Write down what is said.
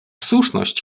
słuszność